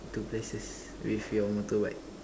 to places with your motorbike